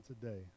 today